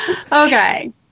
Okay